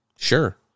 sure